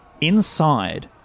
Inside